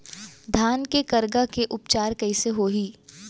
धान के करगा के उपचार कइसे होही?